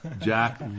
jack